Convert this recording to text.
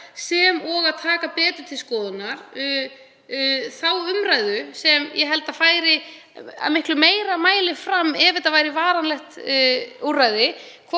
sem og að taka betur til skoðunar þá umræðu, sem ég held að færi oftar fram ef þetta væri varanlegt úrræði,